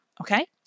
Okay